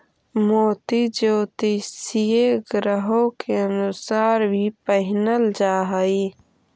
मोती ज्योतिषीय ग्रहों के अनुसार भी पहिनल जा हई